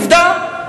עובדה.